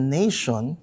nation